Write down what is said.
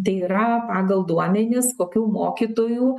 tai yra pagal duomenis kokių mokytojų